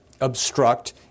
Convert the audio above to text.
obstruct